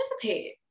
participate